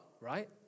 right